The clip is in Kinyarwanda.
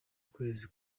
ukwezi